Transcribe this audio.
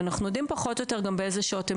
ואנחנו יודעים פחות או יותר גם באיזה שעות הם